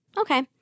Okay